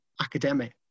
academic